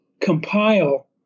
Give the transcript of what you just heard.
compile